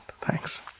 Thanks